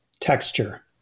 texture